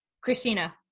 Christina